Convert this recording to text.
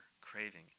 craving